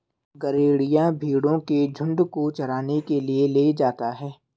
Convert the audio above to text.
गरेड़िया भेंड़ों के झुण्ड को चराने के लिए ले जाता है